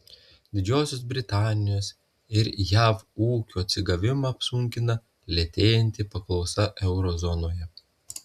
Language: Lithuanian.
didžiosios britanijos ir jav ūkio atsigavimą apsunkina lėtėjanti paklausa euro zonoje